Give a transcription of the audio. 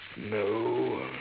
No